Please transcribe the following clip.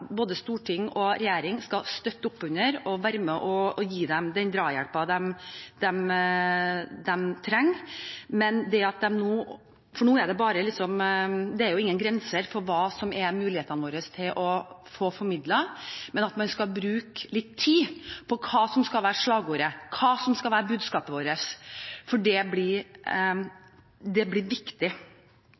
både storting og regjering, skal støtte opp under og være med og gi dem den drahjelpen de trenger – for det er nesten ingen grenser for hvilke muligheter vi har til å få formidlet et budskap – men at man skal bruke litt tid på hva som skal være slagordet, hva som skal være budskapet vårt, for det blir